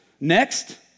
Next